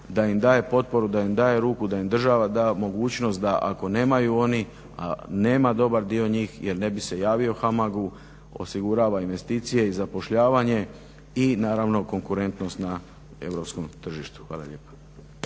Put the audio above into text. da im daje potporu da im daje ruku da im država da mogućnost da ako nemaju oni, a nema dobar dio njih jer ne bi se javio HAMAG-u osigurava investicije i zapošljavanje i naravno konkurentnost na europskom tržištu. Hvala lijepa.